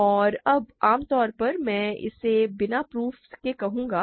और अब आम तौर पर मैं इसे बिना प्रूफ के कहूंगा